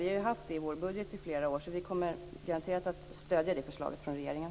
Vi har ju haft det i vår budget i flera år, så vi kommer garanterat att stödja det förslaget från regeringen.